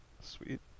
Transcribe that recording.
Sweet